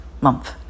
month